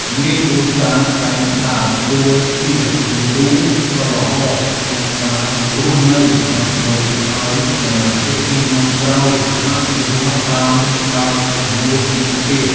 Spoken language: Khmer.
មេគ្រួសារតែងដើរតួជាគំរូដ៏ល្អក្នុងការរស់នៅដើម្បីឱ្យសមាជិកជំនាន់ក្រោយអនុវត្តតាមដោយមោទនភាព។